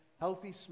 healthy